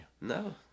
No